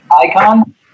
icon